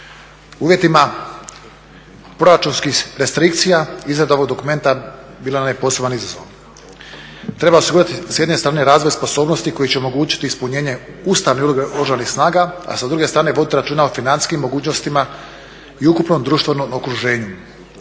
U uvjetima proračunskih restrikcija izrada ovog dokumenta bila nam je poseban izazov. Treba osigurati s jedne strane razvoj sposobnosti koji će omogućiti ispunjenje ustavne uredbe Oružanih snaga, a sa druge strane voditi računa o financijskim mogućnostima i ukupnom društvenom okruženju.